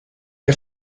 che